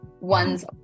one's